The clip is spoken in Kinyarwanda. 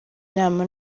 nama